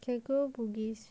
can go bugis